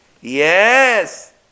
Yes